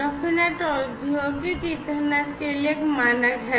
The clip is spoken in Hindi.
Profinet औद्योगिक ईथरनेट के लिए एक मानक है